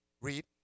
Read